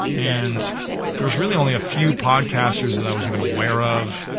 and there was really only a few podcasters that i was even aware of.